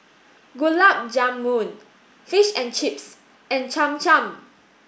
Gulab Jamun Fish and Chips and Cham Cham